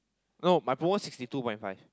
no my promo sixty two point five